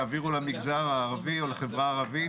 יעבירו לחברה הערבית,